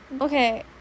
okay